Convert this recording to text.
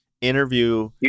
interview